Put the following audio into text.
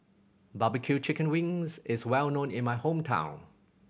barbecue chicken wings is well known in my hometown